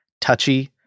touchy